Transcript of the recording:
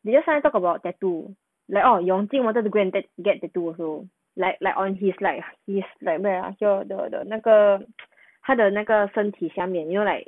you just wanna talk about tattoo like oh yong jing wanted to go and get tattoo also like like orh he's like he's like what ah 他的那个他的那个身体下面 you know like